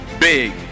big